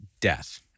death